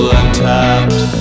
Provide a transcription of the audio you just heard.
untapped